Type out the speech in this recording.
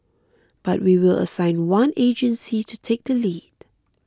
but we will assign one agency to take the lead